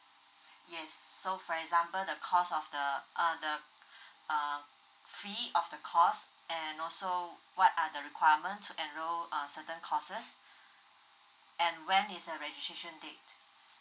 yes so for example the cost of the uh the uh fee of the course and also what are the requirement to enrol uh certain courses and when is the registration date